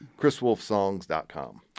ChrisWolfSongs.com